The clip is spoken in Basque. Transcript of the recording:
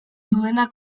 duena